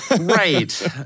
right